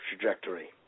trajectory